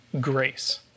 grace